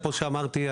כמו שאמרתי,